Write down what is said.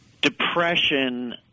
Depression